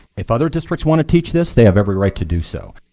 if other districts want to teach this they have every right to do so.